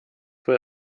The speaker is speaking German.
wohl